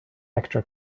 extra